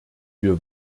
wir